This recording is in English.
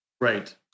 Right